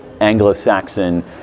Anglo-Saxon